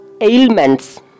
ailments